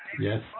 Yes